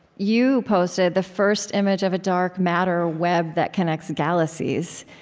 you posted the first image of a dark matter web that connects galaxies.